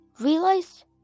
realize